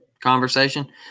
conversation